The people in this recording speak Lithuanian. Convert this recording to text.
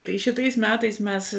tai šitais metais mes